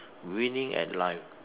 winning at life